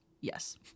yes